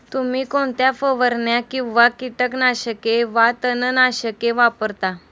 तुम्ही कोणत्या फवारण्या किंवा कीटकनाशके वा तणनाशके वापरता?